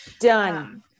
done